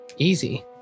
Easy